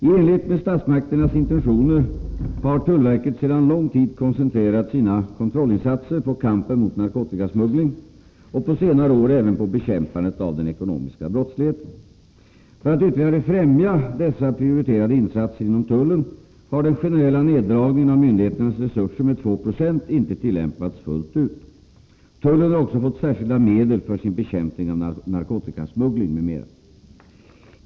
I enlighet med statsmakternas intentioner har tullverket sedan lång tid koncentrerat sina kontrollinsatser på kampen mot narkotikasmuggling, och på senare år även på bekämpandet av den ekonomiska brottsligheten. För att ytterligare främja dessa prioriterade insatser inom tullen har den generella neddragningen av myndigheternas resurser med 2 9o inte tillämpats fullt ut. Tullen har också fått särskilda medel för sin bekämpning av narkotikasmuggling m.m.